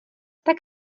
tak